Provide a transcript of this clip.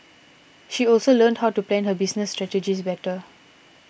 she also learned how to plan her business strategies better